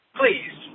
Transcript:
please